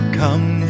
come